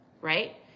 right